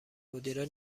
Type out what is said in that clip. مدیره